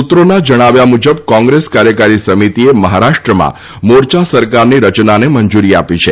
સૂત્રોના જણાવ્યા મુજબ કોંગ્રેસ કાર્યકારી સમિતિએ મહારાષ્ટ્રમાં મોરચા સરકારની રચનાને મંજુરી આપી છે